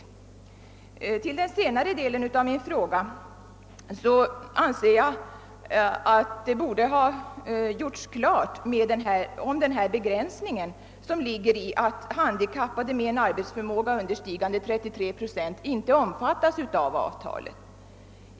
Vad beträffar den senare delen av min fråga anser jag att man borde ha klargjort den begränsning som ligger i att handikappade med en arbetsförmåga understigande 33 procent inte omfattas av avtalet.